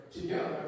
together